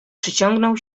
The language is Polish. przeciągnął